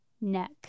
neck